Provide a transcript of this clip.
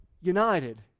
united